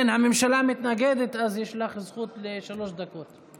הממשלה מתנגדת, אז